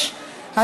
31),